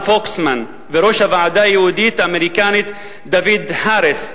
פוקסמן וראש הוועדה היהודית-האמריקנית דוד האריס,